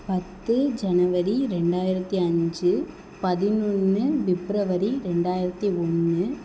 பத்து ஜனவரி ரெண்டாயிரத்தி அஞ்சு பதினொன்று பிப்ரவரி ரெண்டாயிரத்தி ஒன்று